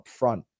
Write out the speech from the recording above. upfront